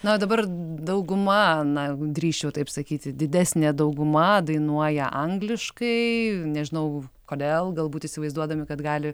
na o dabar dauguma na drįsčiau taip sakyti didesnė dauguma dainuoja angliškai nežinau kodėl galbūt įsivaizduodami kad gali